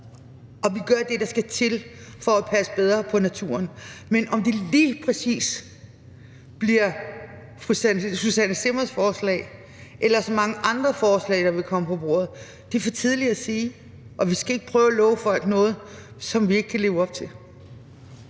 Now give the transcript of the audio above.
og vi gør det, der skal til for at passe bedre på naturen, men om det lige præcis bliver fru Susanne Zimmers forslag eller et af de mange andre forslag, der vil komme på bordet, er for tidligt at sige, og vi skal ikke prøve at love folk noget, som vi ikke kan leve op til.